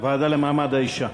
הוועדה למעמד האישה.